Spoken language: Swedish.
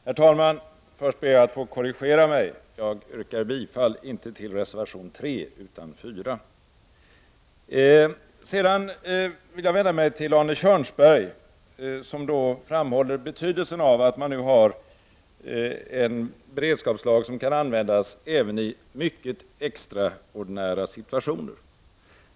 Herr talman! Först vill jag vända mig till Arne Kjörnsberg, som framhåller betydelsen av att man nu har en beredskapslag som kan användas även i mycket extraordinära situationer.